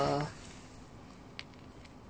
never